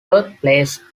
birthplace